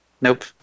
Nope